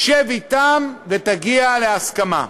שב אתם ותגיע להסכמה.